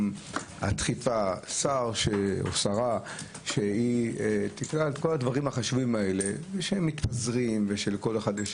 גם הדחיפה שרה שתקרא את כל החשובים האלה שמתפזרים ושלכל אחד יש